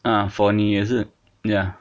a for 你也是 ya